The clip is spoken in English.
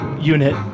unit